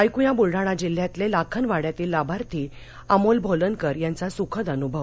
ऐक्या बुलडाणा जिल्ह्यातले लाखनवाङ्यातील लाभार्थी अमोल भोलनकर यांचा सुखद अनुभव